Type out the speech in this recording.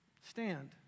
Stand